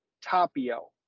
Tapio